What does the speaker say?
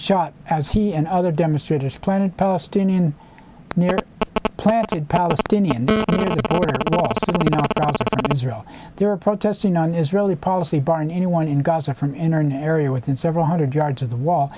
shot as he and other demonstrators planted palestinian near planted palestinian israel there protesting an israeli policy barring any one in gaza from internet area within several hundred yards of the wall